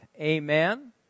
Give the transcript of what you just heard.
Amen